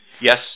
yes